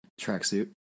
tracksuit